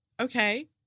Okay